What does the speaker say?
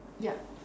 ya